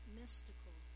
mystical